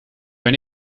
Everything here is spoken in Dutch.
ben